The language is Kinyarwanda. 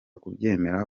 kubyemera